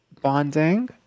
bonding